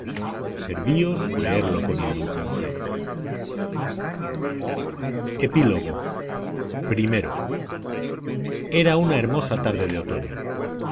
servíos leerlo con indulgencia i era una hermosa tarde de otoño